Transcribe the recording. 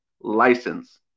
license